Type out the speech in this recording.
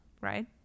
right